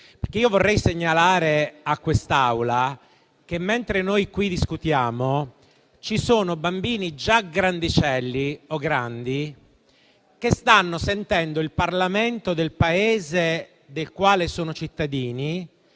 Vorrei segnalare a quest'Assemblea che, mentre noi siamo qui a discutere, bambini già grandicelli o grandi stanno sentendo il Parlamento del Paese del quale sono cittadini